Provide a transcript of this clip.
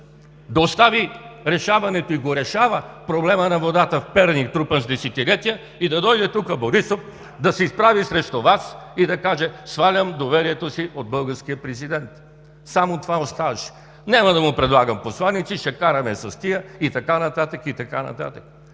Да остави решаването, и го решава, на проблема с водата на Перник, трупан с десетилетия, и да дойде тук Борисов, да се изправи срещу Вас и да каже: „Свалям доверието си от българския президент – само това оставаше! – няма да му предлагам посланици, ще караме с тези“, и така нататък, и така нататък?